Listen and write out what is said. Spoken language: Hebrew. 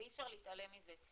אי אפשר להתעלם מזה,